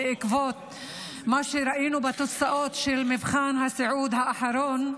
בעקבות מה שראינו בתוצאות של מבחן הסיעוד האחרון,